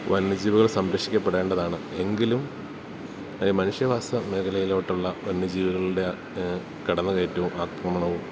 വന്യജീവുകൾ സംരക്ഷിക്കപ്പെടേണ്ടതാണ് എങ്കിലും മനുഷ്യവാസ മേഖലയിലോട്ടുള്ള വന്യജീവികളുടെ കടന്ന് കയറ്റോം ആക്രമണവും